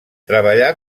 treballà